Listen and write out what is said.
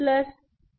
mn